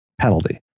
penalty